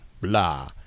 blah